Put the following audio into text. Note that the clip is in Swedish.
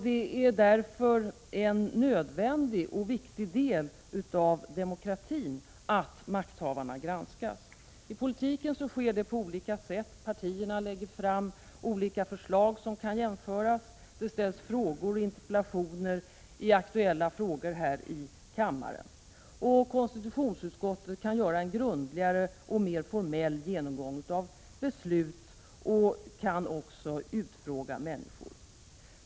Det är därför en nödvändig och viktig del av demokratin att makthavarna granskas. I politiken sker detta på olika sätt. Partierna lägger fram olika förslag som kan jämföras. Det ställs frågor och interpellationer i aktuella frågor här i kammaren. Konstitutionsutskottet kan göra en grundligare och mera formell genomgång av beslut och kan utfråga människor.